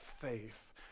faith